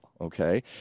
Okay